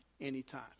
anytime